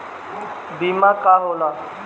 बीमा का होला?